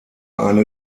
eine